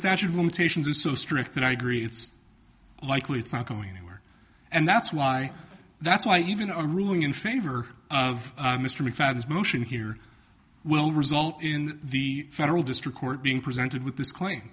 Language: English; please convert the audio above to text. statute of limitations is so strict that i agree it's likely it's not going anywhere and that's why that's why even a ruling in favor of mr mcfadden's motion here will result in the federal district court being presented with this claim